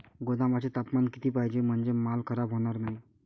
गोदामाचे तापमान किती पाहिजे? म्हणजे माल खराब होणार नाही?